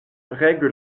règle